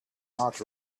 not